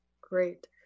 great